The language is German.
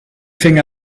fing